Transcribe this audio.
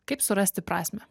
kaip surasti prasmę